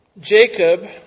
Jacob